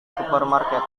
supermarket